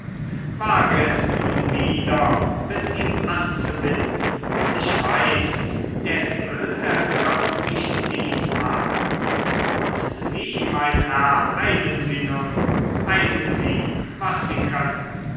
wage es nun wieder mit ihm anzubinden ich weiß der himmel erhört mich diesmal und sie mein herr eilen sie nun eilen sie was sie können